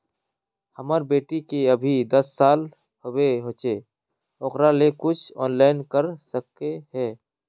हमर बेटी के अभी दस साल होबे होचे ओकरा ले कुछ ऑनलाइन कर सके है?